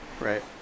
Right